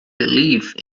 believe